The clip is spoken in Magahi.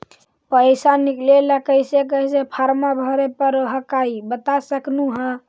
पैसा निकले ला कैसे कैसे फॉर्मा भरे परो हकाई बता सकनुह?